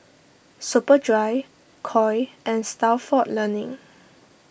Superdry Koi and Stalford Learning